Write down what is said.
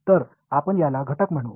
तर आपण याला घटक म्हणू